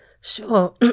Sure